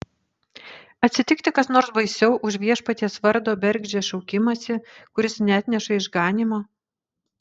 atsitikti kas nors baisiau už viešpaties vardo bergždžią šaukimąsi kuris neatneša išganymo